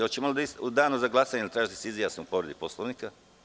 Hoćemo li u danu za glasanje tražiti da se izjasni po povredi Poslovnika?